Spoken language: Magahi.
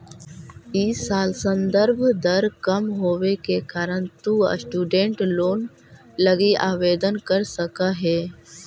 इ साल संदर्भ दर कम होवे के कारण तु स्टूडेंट लोन लगी आवेदन कर सकऽ हे